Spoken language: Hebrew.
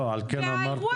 להגיד